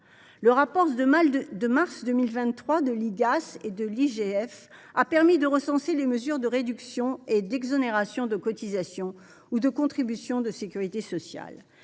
Le rapport du mois de mars 2023 de l’Igas et de l’IGF a fait le point sur les mesures de réduction et d’exonérations de cotisations ou de contributions de sécurité sociale.